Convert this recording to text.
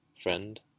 Friend